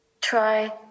try